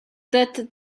that